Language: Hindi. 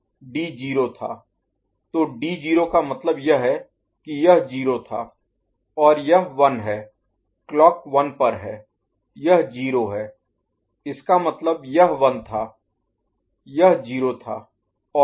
तो D 0 का मतलब यह है कि यह 0 था और यह 1 है क्लॉक 1 पर है यह 0 है इसका मतलब यह 1 था यह 0 था और क्या